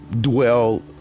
dwell